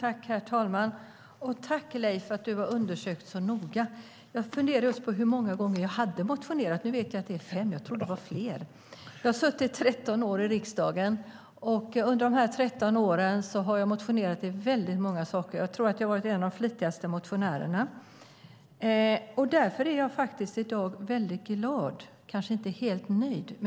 Fru talman! Tack, Leif, för att du har undersökt så noga! Jag funderade just på hur många gånger jag hade motionerat, och nu vet jag att det är fem. Jag trodde att det var fler. Jag har suttit 13 år i riksdagen. Under de 13 åren har jag motionerat i väldigt många frågor. Jag tror att jag har varit en av de flitigaste motionärerna. Därför är jag i dag väldigt glad, fast kanske inte helt nöjd.